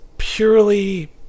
purely